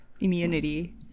Immunity